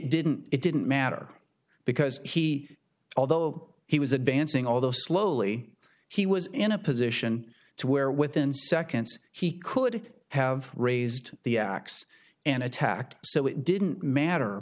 didn't it didn't matter because he although he was advancing although slowly he was in a position to where within seconds he could have raised the axe and attacked so it didn't matter